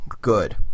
good